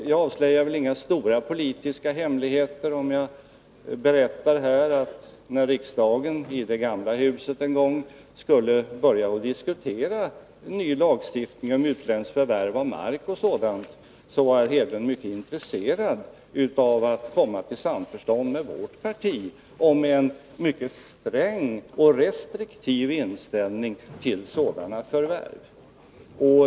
Jag avslöjar väl inga stora politiska hemligheter, om jag här berättar att Gunnar Hedlund, när riksdagen en gång i det gamla huset skulle börja diskutera en ny lagstiftning om utländska förvärv av bl.a. mark, var mycket intresserad av att med vårt parti komma till samförstånd om en mycket sträng och restriktiv inställning till sådana förvärv.